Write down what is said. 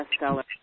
bestseller